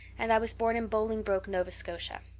and i was born in bolingbroke, nova scotia.